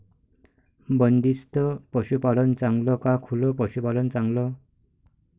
बंदिस्त पशूपालन चांगलं का खुलं पशूपालन चांगलं?